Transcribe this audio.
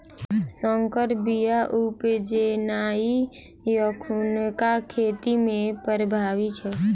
सँकर बीया उपजेनाइ एखुनका खेती मे प्रभावी छै